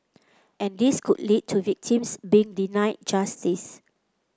and this could lead to victims being denied justice